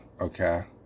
okay